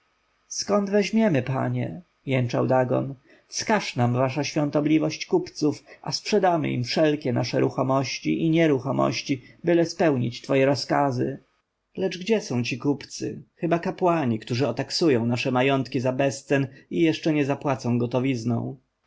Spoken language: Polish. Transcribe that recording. skąd weźmiemy panie jęczał dagon wskaż nam wasza świątobliwość kupców a sprzedamy im wszystkie nasze ruchomości i nieruchomości byle spełnić twoje rozkazy lecz gdzie są ci kupcy chyba kapłani którzy otaksują nasze majątki za bezcen i jeszcze nie zapłacą gotowizną